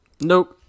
Nope